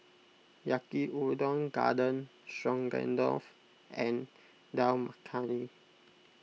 Yaki Udon Garden Stroganoff and Dal Makhani